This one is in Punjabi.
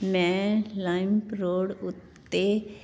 ਮੈਂ ਲਾਈਮਰੋਡ ਉੱਤੇ